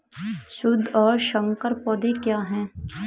शुद्ध और संकर पौधे क्या हैं?